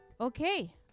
Okay